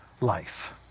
life